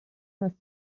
مسیر